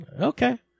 okay